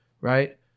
Right